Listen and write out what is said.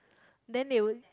then they would